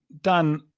Dan